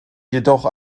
jedoch